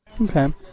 Okay